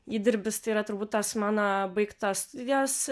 įdirbis tai yra turbūt tas mano baigtos studijos